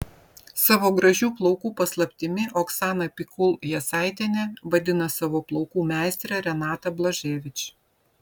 savo gražių plaukų paslaptimi oksana pikul jasaitienė vadina savo plaukų meistrę renatą blaževič